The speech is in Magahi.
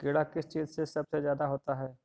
कीड़ा किस चीज से सबसे ज्यादा होता है?